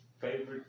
favorite